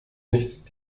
nicht